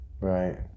Right